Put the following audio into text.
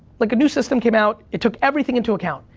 like, a new system came out, it took everything into account,